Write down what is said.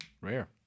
rare